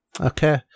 Okay